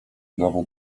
nową